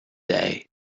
day